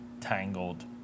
tangled